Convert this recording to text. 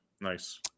nice